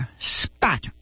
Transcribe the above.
spat